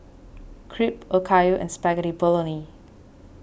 Crepe Okayu Spaghetti Bolognese